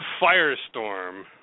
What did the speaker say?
firestorm